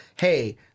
hey